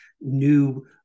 new